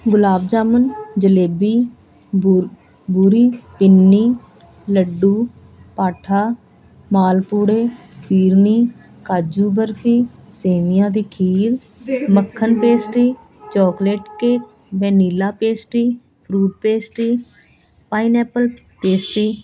ਗੁਲਾਬ ਜਾਮੁਨ ਜਲੇਬੀ ਬੂਰ ਬੂਰੀ ਪਿੰਨੀ ਲੱਡੂ ਪੇਠਾ ਮਾਲਪੂੜੇ ਫਿਰਨੀ ਕਾਜੂ ਬਰਫ਼ੀ ਸੇਵੀਆਂ ਦੀ ਖੀਰ ਮੱਖਣ pastry chocolate cake vanilla pastry fruit pastry pineapple pastry